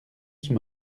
sous